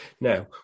Now